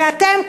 ואתם,